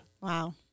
Wow